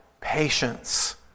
patience